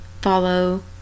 Follow